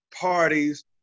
parties